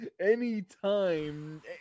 anytime